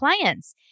clients